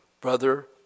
brother